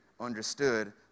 understood